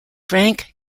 frank